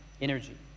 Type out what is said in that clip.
energy